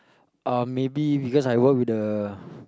uh maybe because I work with the